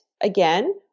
again